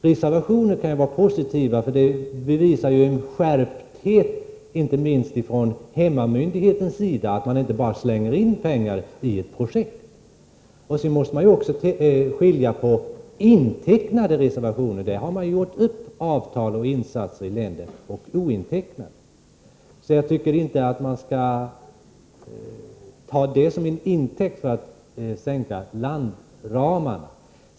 Reservationer kan vara positiva genom att de visar på en skärpthet inte minst från hemmamyndighetens sida. Man slänger inte bara in pengar i ett projekt. Vidare måste man skilja mellan ointecknade reservationer och intecknade — som är till för att täcka kostnader för redan uppgjorda avtal om insatser i länder. Jag tycker således inte att man skall ta reserverade medel som en intäkt för att sänka landramarna.